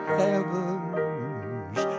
heaven's